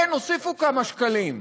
כן, הוסיפו כמה שקלים,